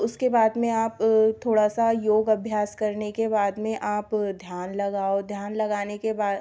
उसके बाद में आप थोड़ा सा योग अभ्यास करने के बाद में आप ध्यान लगाओ ध्यान लगाने के बाद